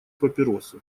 папиросы